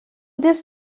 this